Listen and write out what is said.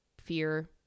fear